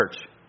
church